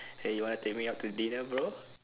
!hey! you want take me out to dinner bro